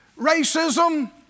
racism